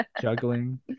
juggling